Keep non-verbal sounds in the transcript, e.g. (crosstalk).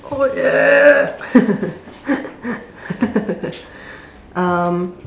holy (laughs) um